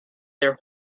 their